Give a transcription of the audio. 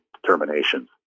determinations